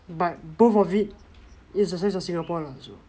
but both of it is the size of singapore lah so